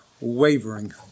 wavering